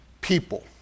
people